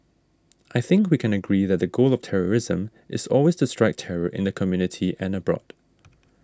I think we can agree that the goal of terrorism is always to strike terror in the community and abroad